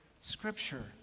scripture